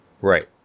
Right